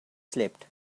slept